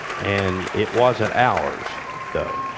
and it wasn't ours though,